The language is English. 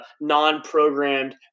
non-programmed